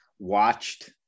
watched